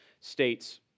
states